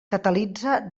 catalitza